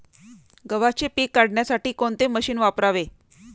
गव्हाचे पीक काढण्यासाठी कोणते मशीन वापरावे?